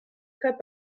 très